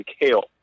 kale